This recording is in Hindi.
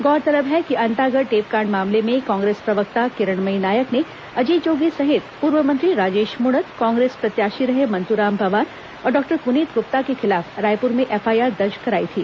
गौरतलब है कि अंतागढ़ टेपकांड मामले में कांग्रेस प्रवक्ता किरणमयी नायक ने अजीत जोगी सहित पूर्व मंत्री राजेश मूणत कांग्रेस प्रत्याशी रहे मंतूराम पवार और डॉक्टर पुनीत गुप्ता के खिलाफ रायपुर में एफआईआर दर्ज कराई थी